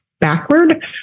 backward